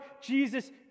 Jesus